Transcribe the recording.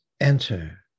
Enter